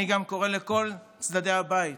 אני גם קורא לכל צדדי הבית